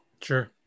Sure